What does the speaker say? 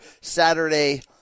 Saturday